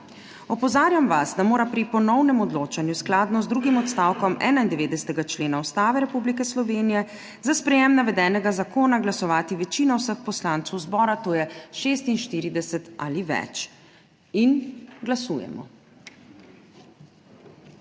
Opozarjam vas, da mora pri ponovnem odločanju skladno z drugim odstavkom 91. člena Ustave Republike Slovenije za sprejetje navedenega zakona glasovati večina vseh poslancev zbora, to je 46 ali več. Glasujemo.